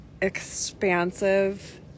expansive